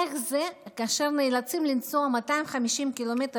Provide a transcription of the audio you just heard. איך זה כאשר נאלצים לנסוע 250 קילומטרים